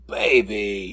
baby